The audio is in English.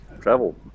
travel